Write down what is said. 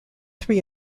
three